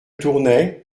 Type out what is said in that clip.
tournai